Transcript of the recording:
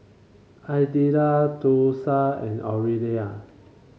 Idella Thursa and Orelia